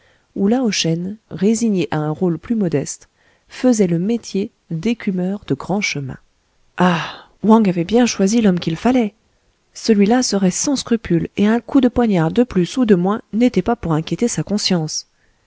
où lao shen résigné à un rôle plus modeste faisait le métier d'écumeur de grands chemins ah wang avait bien choisi l'homme qu'il fallait celui-là serait sans scrupules et un coup de poignard de plus ou de moins n'était pas pour inquiéter sa conscience